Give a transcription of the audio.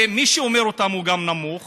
ומי שאומר אותן הוא גם נמוך